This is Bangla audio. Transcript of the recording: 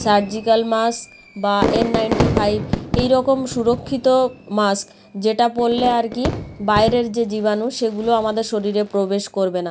সার্জিক্যাল মাস্ক বা এন নাইনটি ফাইভ এই রকম সুরক্ষিত মাস্ক যেটা পরলে আর কি বাইরের যে জীবাণু সেগুলো আমাদের শরীরে প্রবেশ করবে না